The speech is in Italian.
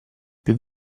più